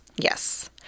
yes